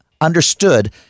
understood